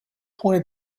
points